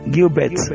Gilbert